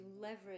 leverage